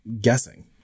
guessing